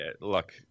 look